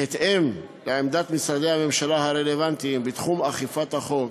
בהתאם לעמדת משרדי הממשלה הרלוונטיים בתחום אכיפת החוק,